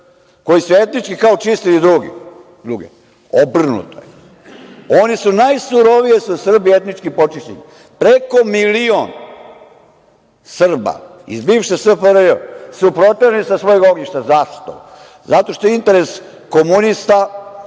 koji su etnički kao čistili druge, obrnuto je. Oni su najsurovije, Srbi su etnički počišćeni. Preko milion Srba iz bivše SFRJ su proterani sa svojih ognjišta. Zašto? Zato što je interes komunista